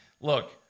look